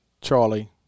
Charlie –